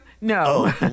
No